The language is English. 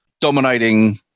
dominating